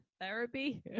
therapy